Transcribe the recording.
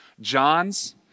John's